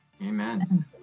Amen